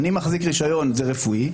אני מחזיק רישיון, זה רפואי.